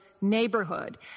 Neighborhood